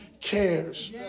cares